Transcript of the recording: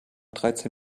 dreizehn